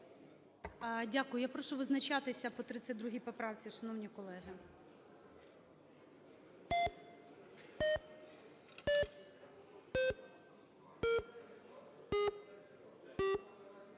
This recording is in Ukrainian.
Дякую. Я прошу визначатися по 32 поправці, шановні колеги.